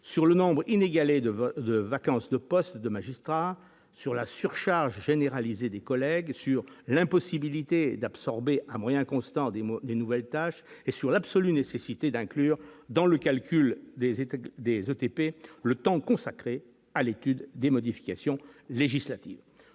sur le nombre inégalé de devoirs de vacance de postes de magistrats sur la surcharge généralisée des collègues sur l'impossibilité d'absorber à moyen constant des mots de nouvelles tâches et sur l'absolue nécessité d'inclure dans le calcul des États, des ETP le temps consacré à l'étude des modifications législatives,